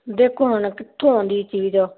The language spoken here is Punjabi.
ਦੇਖੋ ਹੁਣ ਕਿੱਥੋਂ ਆਉਂਦੀ ਚੀਜ਼